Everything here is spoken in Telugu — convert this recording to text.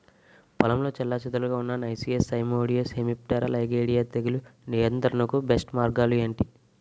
పొలంలో చెల్లాచెదురుగా ఉన్న నైసియస్ సైమోయిడ్స్ హెమిప్టెరా లైగేయిడే తెగులు నియంత్రణకు బెస్ట్ మార్గాలు ఏమిటి?